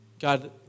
God